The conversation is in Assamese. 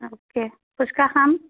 তাকে ফুুছকা খাম